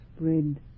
spread